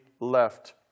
left